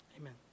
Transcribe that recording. amen